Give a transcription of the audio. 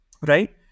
Right